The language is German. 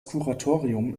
kuratorium